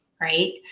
Right